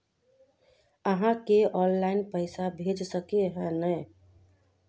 आहाँ के ऑनलाइन पैसा भेज सके है नय?